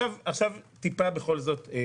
עכשיו טיפה בכל זאת לעניין.